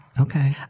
Okay